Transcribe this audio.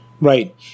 Right